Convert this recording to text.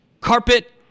carpet